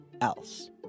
else